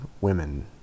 women